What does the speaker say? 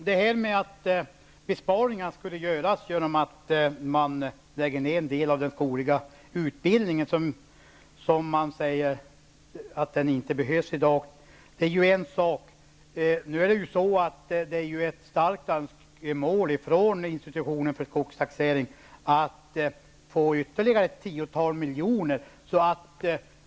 Herr talman! Att besparingarna skulle göras genom att man lägger ner en del av den skogliga utbildningen -- man säger i dag att den inte behövs -- är ju en sak. Det finns ett starkt önskemål från institutionen för skogstaxering att få ytterligare ett tiotal miljoner.